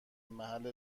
محل